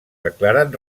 declaren